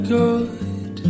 good